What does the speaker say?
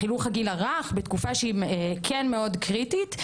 חינוך לגיל הרך בתקופה שהיא כן מאוד קריטית.